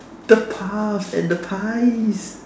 the puffs and the pies